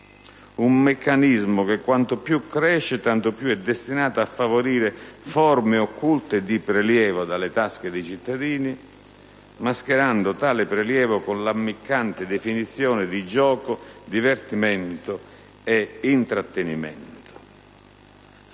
un meccanismo che, quanto più cresce, tanto più è destinato a favorire forme occulte di prelievo dalle tasche dei cittadini, mascherando tale prelievo con l'ammiccante definizione di gioco, divertimento e intrattenimento.